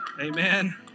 Amen